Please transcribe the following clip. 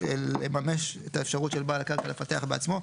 לממש את האפשרות של בעל הקרקע לפתח בעצמו.